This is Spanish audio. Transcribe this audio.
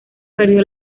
perdió